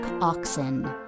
Oxen